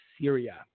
Syria